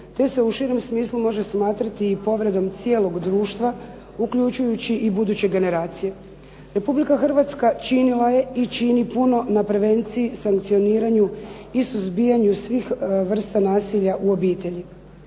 te se u širem smislu može smatrati i povredom cijelog društva uključujući i buduće generacije. Republika Hrvatska činila je i čini puno na prevenciji, sankcioniranju i suzbijanju svih vrsta nasilja u obitelji.